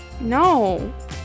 No